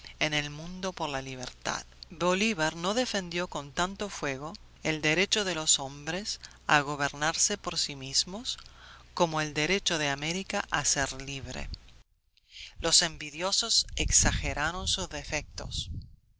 en el mundo por la libertad bolívar no defendió con tanto fuego el derecho de los hombres a gobernarse por sí mismos como el derecho de américa a ser libre los envidiosos exageraron sus defectos